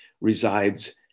resides